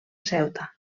ceuta